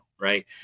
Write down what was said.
right